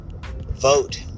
Vote